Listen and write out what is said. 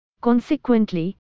consequently